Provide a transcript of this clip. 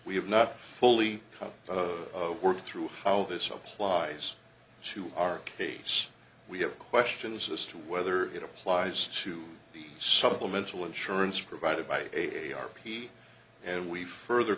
we have not fully both worked through how this applies to our case we have questions as to whether it applies to the supplemental insurance provided by a r p and we further